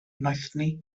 noethni